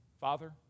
Father